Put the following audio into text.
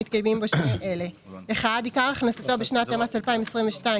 שמתקיימים בו שני אלה: עיקר הכנסתו בשנת המס 2022,